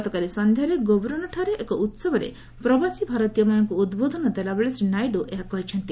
ଗତକାଲି ସନ୍ଧ୍ୟାରେ ଗାବେରୋନେ ଠାରେ ଏକ ଉତ୍ସବରେ ପ୍ରବାସୀ ଭାରତୀୟମାନଙ୍କୁ ଉଦ୍ବୋଧନ ଦେଲାବେଳେ ଶ୍ରୀ ନାଇଡୁ ଏହା କହିଛନ୍ତି